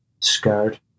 scared